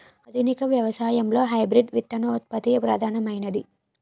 ఆధునిక వ్యవసాయంలో హైబ్రిడ్ విత్తనోత్పత్తి ప్రధానమైనది